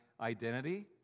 identity